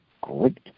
great